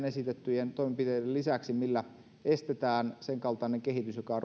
esitettyjen toimenpiteiden lisäksi millä estetään senkaltainen kehitys joka